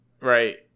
right